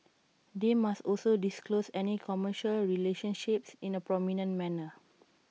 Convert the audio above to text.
they must also disclose any commercial relationships in A prominent manner